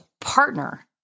partner